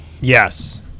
Yes